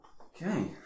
Okay